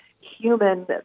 human